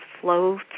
flow